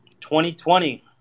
2020